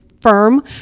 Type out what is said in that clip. firm